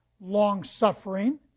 long-suffering